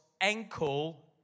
ankle